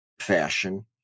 fashion